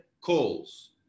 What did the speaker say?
calls